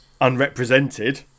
unrepresented